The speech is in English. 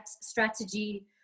strategy